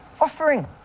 offering